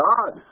God